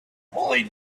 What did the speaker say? mollie